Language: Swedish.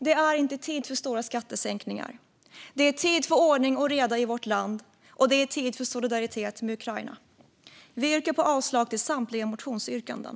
Det är inte tid för stora skattesänkningar. Det är tid för ordning och reda i vårt land, och det är tid för solidaritet med Ukraina. Vi yrkar avslag på samtliga motionsyrkanden.